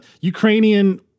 Ukrainian